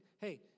Hey